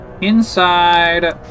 inside